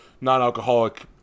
non-alcoholic